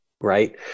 right